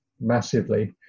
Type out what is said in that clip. massively